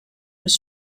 was